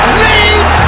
leave